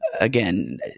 again